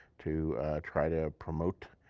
to try to promote